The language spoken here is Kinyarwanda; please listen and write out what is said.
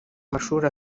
mashuri